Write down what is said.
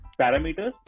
parameters